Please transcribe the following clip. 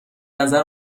نظر